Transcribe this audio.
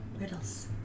riddles